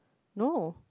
no